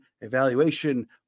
evaluation